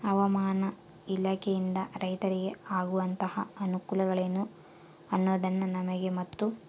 ಹವಾಮಾನ ಇಲಾಖೆಯಿಂದ ರೈತರಿಗೆ ಆಗುವಂತಹ ಅನುಕೂಲಗಳೇನು ಅನ್ನೋದನ್ನ ನಮಗೆ ಮತ್ತು?